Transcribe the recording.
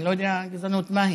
אני לא יודע גזענות מהי.